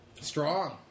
Strong